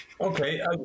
Okay